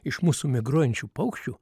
iš mūsų migruojančių paukščių